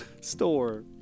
Store